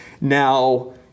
Now